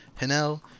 hanel